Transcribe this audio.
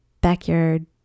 backyard